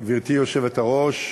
גברתי היושבת-ראש,